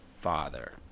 father